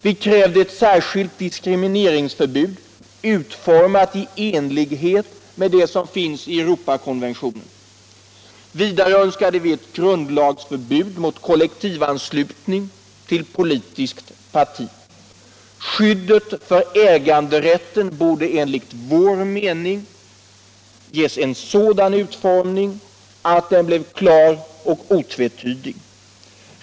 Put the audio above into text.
Vi krävde cett särskilt diskrimineringsförbud, utformat i enlighet med det som finns i Europakonventionen. Vidare önskade vi cett grundlagsförbud mot kollektivanslutning till politiskt parti. Skyddet för äganderätten borde enligt vår mening ges en sådan utformning att den blev klar och otvetydig.